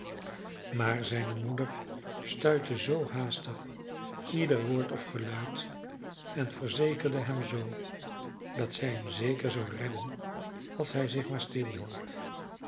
maar zijne moeder stuitte zoo haastig ieder woord of geluid en verzekerde hem zoo dat zij hem zeker zou redden als hij zich maar